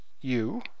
You